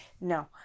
no